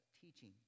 teaching